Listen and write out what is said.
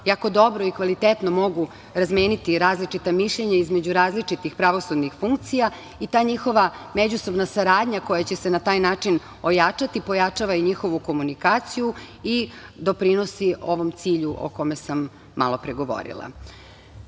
jako dobro i kvalitetno mogu razmeniti različita mišljenja između različitih pravosudnih funkcija i ta njihova međusobna saradnja koja će se na taj način ojačati, pojačava i njihovu komunikaciju i doprinosi ovom cilju o kome sam malopre govorila. Dalje,